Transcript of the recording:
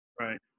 Right